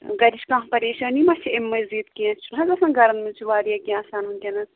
گَرِچ کانٛہہ پریشٲنی ما چھِ اَمہِ مٔزیٖد کیٚنٛہہ چھُنا گژھان گَرن منٛز واریاہ کیٚنٛہہ آسان وُنکٮ۪نس